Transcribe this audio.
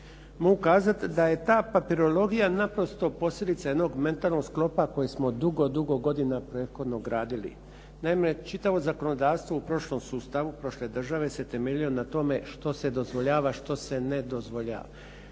mogu kazat da je ta papirologija naprosto posljedica jednog mentalnog sklopa koji smo dugo, dugo godina prethodno gradili. Naime, čitavo zakonodavstvo u prošlom sustavu prošle sustavu se temeljio na tome što se dozvoljava, što se ne dozvoljava.